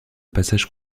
passage